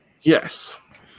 yes